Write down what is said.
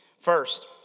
First